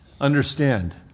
understand